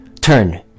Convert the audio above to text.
turn